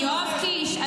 יואב קיש,